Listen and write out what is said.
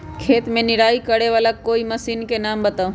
खेत मे निराई करे वाला कोई मशीन के नाम बताऊ?